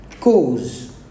cause